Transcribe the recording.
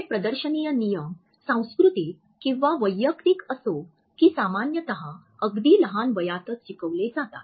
हे प्रदर्शनीय नियम सांस्कृतिक किंवा वैयक्तिक असो की सामान्यत अगदी लहान वयातच शिकविले जातात